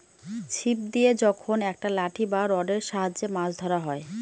ছিপ দিয়ে যখন একটা লাঠি বা রডের সাহায্যে মাছ ধরা হয়